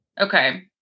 Okay